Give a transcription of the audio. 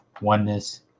oneness